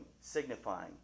signifying